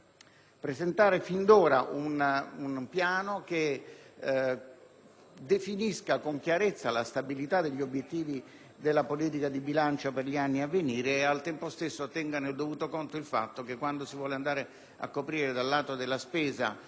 presentati dall'opposizione - un piano che definisca con chiarezza la stabilità degli obiettivi della politica di bilancio per gli anni a venire, e che al tempo stesso tenga in dovuto conto il fatto che quando si vuole andare a coprire dal lato della spesa